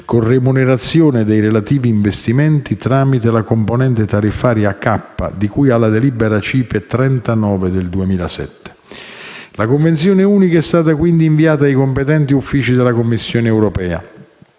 con remunerazione dei relativi investimenti tramite la componente tariffaria K, di cui alla delibera CIPE n. 39 del 2007. La convenzione unica è stata quindi inviata ai competenti uffici della Commissione europea.